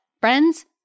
friends